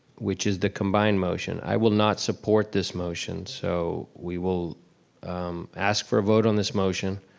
which is the combined motion. i will not support this motion, so we will ask for a vote on this motion,